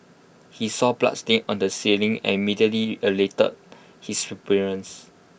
he saw bloodstains on the ceiling and immediately alerted his superiors